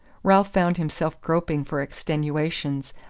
ralph found himself groping for extenuations,